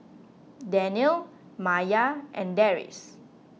Danial Maya and Deris